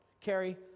Carrie